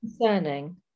concerning